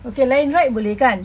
okay lain ride boleh kan